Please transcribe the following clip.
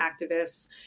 activists